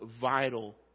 vital